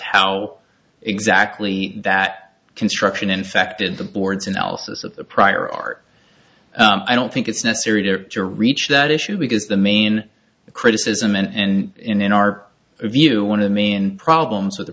how exactly that construction in fact in the board's analysis of the prior art i don't think it's necessary to your reach that issue because the main criticism and in our view one of the main problems with the